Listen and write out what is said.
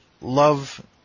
love